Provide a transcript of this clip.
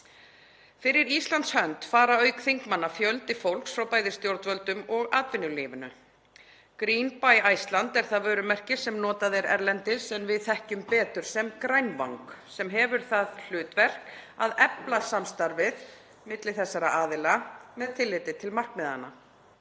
Fyrir Íslands hönd fer, auk þingmanna, fjöldi fólks frá bæði stjórnvöldum og atvinnulífinu. Green by Iceland er það vörumerki sem notað er erlendis en við þekkjum betur sem Grænvang, sem hefur það hlutverk að efla samstarfið milli þessara aðila með tilliti til markmiðanna.